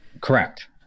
Correct